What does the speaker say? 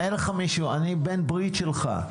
אני מסכים, אני בן ברית שלך.